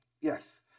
Yes